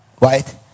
Right